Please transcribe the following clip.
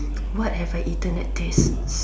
what have I eaten that taste